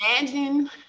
Imagine